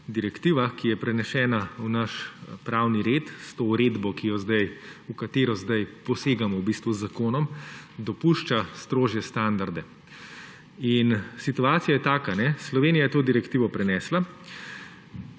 direktiva, ki je prenesena v naš pravni red, s to uredbo, v katero posegamo v bistvu z zakonom, dopušča strožje standarde. In situacija je taka: Slovenija je to direktivo prenesla